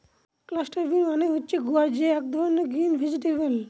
cluster bean মানে হচ্ছে গুয়ার যে এক ধরনের গ্রিন ভেজিটেবল